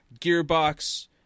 Gearbox